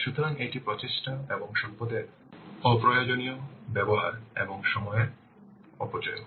সুতরাং এটি প্রচেষ্টা এবং সম্পদের অপ্রয়োজনীয় ব্যবহার এবং সময়ের অপচয়ও